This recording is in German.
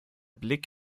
blick